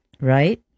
right